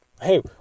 Hey